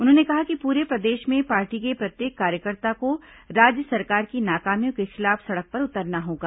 उन्होंने कहा कि प्ररे प्रदेश में पार्टी के प्रत्येक कार्यकर्ता को राज्य सरकार की नाकामियों के खिलाफ सड़क पर उतरना होगा